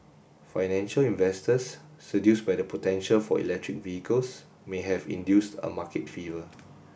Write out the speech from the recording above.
financial investors seduced by the potential for electric vehicles may have induced a market fever